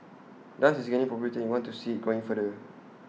dance is gaining popularity we want to see IT growing further